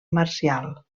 marcial